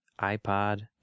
iPod